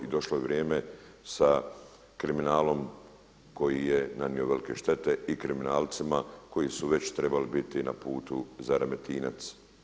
I došlo je vrijeme sa kriminalom koji nam je nanio velike štete i kriminalcima koji su već trebali biti na putu za Remetinec.